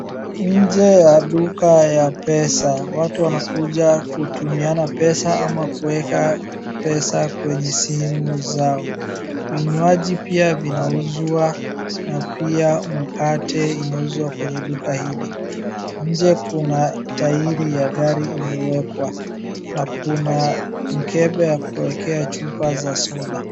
Nje ya duka ya pesa, watu wanakuja kutumiana pesa ama kuweka pesa kwenye simu zao. Vinywaji pia vinauzwa na pia mkate inauzwa kwenye duka hili. Nje kuna tairi ya gari imewekwa, na kuna mkebe wa kuwekea chupa za soda.